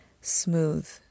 smooth